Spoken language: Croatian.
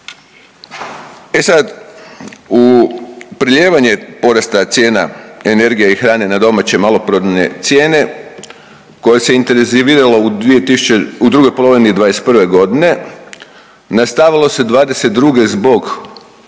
E sad u prelijevanje porasta cijena energije i hrane na domaće maloprodajne cijene koje se intenziviralo u dvije tisuće, u drugoj polovini '21. godine nastavilo se '22. zbog